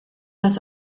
das